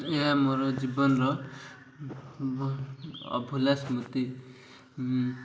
ଏହା ମୋର ଜୀବନର ଅଭୁଲା ସ୍ମୃତି